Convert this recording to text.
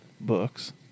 books